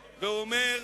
ואומר: